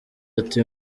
ati